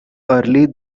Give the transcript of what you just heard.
early